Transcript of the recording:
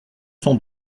cent